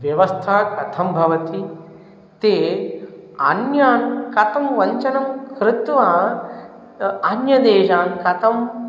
व्यवस्थां कथं भवति ते अन्यान् कथं वञ्चनं कृत्वा अन्य देशान् कथम्